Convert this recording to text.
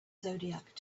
zodiac